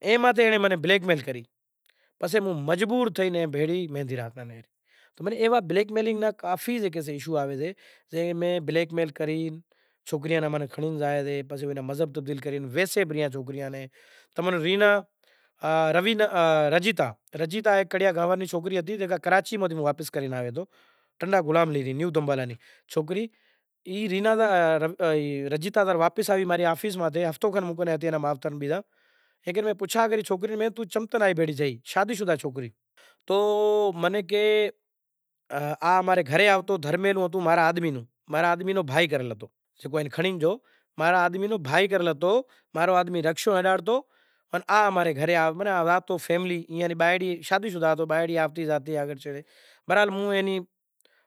ای آرتیوں کرے پسے آرتیوں تھے، آرتیوں کرے پسے امیں بھنڈارو امیں شروع کراں سیاں، بھنڈارو شروع کرے پسے بدہا امیں زمانڑاں سیں، زمانڑے چھیڑے پسے ایئاں ناں پسے کانہوڑو آویشے، کانہوڑو مطلب کرشنا جنم اسٹمی آوی شے، جنم اسٹمی آوے شے پسے تقریبن جارے رات رو سندر ماں لے کرے تارے کرشن بھگوان رو جنم تھو تو، جنم تھو تو پسے ایوا ٹانڑے کرشن بھگوان ری مورتیوں سئہ کوئی ماٹی را کانہوڑا ٹھائیوے شے مگر اما ری وڈیاری قوم میں مورتیوں سئے پسے ایئے نیں لک وگیرا ہنڑئے پسے ایئے نیں رات رو جنم تھاشے پسے دودہ ماہ جھیلاڑے، جھیلاڑے پسے وڑے نیانڑی ہوئیشے کوئی مٹ مائیٹ ہوئیشیں ایئاں بدہاں ناں بھنڈارو زیماڑے پسے سجی رات رماسیئاں ورے تقریبن بارے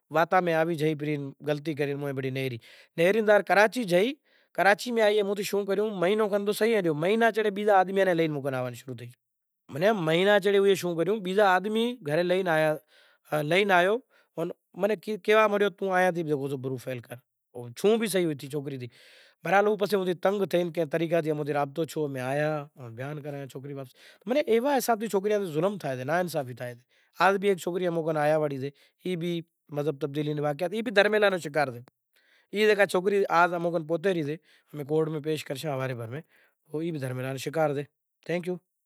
ہیک بے وجہ کانہوڑوراکھاشیاں، کانہوڑو راکھے وری بھنڈارو کری۔ ورے مندر میں تھاپنا کراسیئاں۔ ای ہمارو سئے کرشن بھگوان رو موٹو، کرشنا جنم اسٹمی اماں میں موٹاں میں موٹو تہوار جیکو سئہ کرشنا جنم اسٹمی سئے پسے رام پرچار سے، جے ماتا کنبھ رو میڑو لاگیو۔ کنبھ رو میڑو، گنگا جمنا سرسوتی ترنڑے ندیوں ماہ لاگتو سئہ۔ گنگا جمنا سرسوتی جیکو ترنڑے ندیوں نیکریوں سے۔ ای پانڑی جھیلا میں ای سے کہ اماں میں روگ ختم تھی زائیشے۔ اماں میں جیکو بھی شے بیماریوں ختم تھی زائیشیں، بیماریوں مطلب پسے گھر رے اندر کوئی پریشانی نتھی آوتی۔ کنبھ رو میڑو